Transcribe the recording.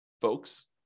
folks